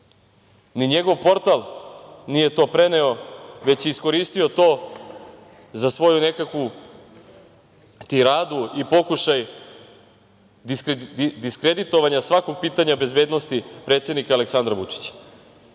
Ni njegov portal nije to preneo, već je iskoristio to za svoju nekakvu tiradu i pokušaj diskreditovanja svakog pitanja bezbednosti predsednika Aleksandra Vučića. Evo,